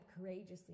courageously